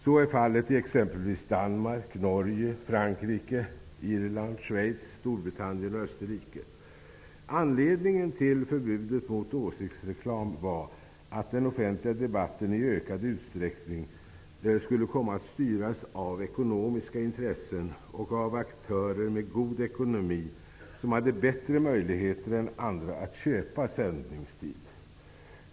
Så är fallet i exempelvis Danmark, Norge, Frankrike, Anledningen till förbudet mot åsiktsreklam var farhågor för att den offentliga debatten i ökad utsträckning skulle komma att styras av ekonomiska intressen och av aktörer med god ekonomi som hade bättre möjligheter än andra att köpa sändningstid.